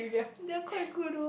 they're quite good though